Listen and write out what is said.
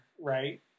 right